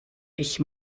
ich